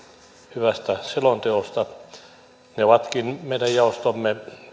hyvästä selonteosta ne ovatkin idänkaupan ohella meidän jaostomme